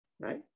right